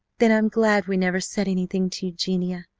then i'm glad we never said anything to eugenia!